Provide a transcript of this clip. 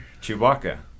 Chewbacca